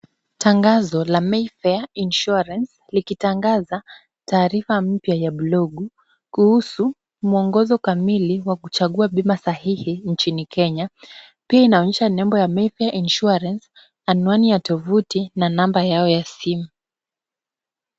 Tangazo la mayfare insurance likitangaza taarifa mpya ya blogu kuhusu mwongozo kamili wa kuchagua bima sahihi nchini Kenya. Pia inaonyesha nembo ya mayfare insurance , anwani ya tovuti na namba yao ya simu.